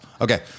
Okay